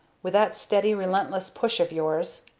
with that steady, relentless push of yours.